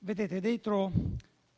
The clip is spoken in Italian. Dentro